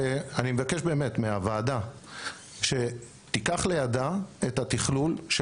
מבקש מהוועדה שתיקח לידה את התכלול של